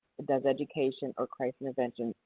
does education or crisis intervention,